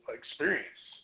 experience